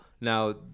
Now